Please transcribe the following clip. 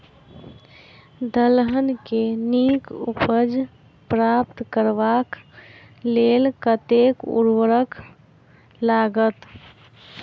दलहन केँ नीक उपज प्राप्त करबाक लेल कतेक उर्वरक लागत?